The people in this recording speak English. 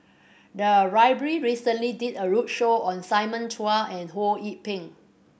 the library recently did a roadshow on Simon Chua and Ho Yee Ping